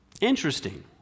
Interesting